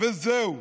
וזהו.